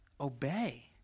obey